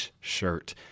shirt